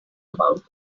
about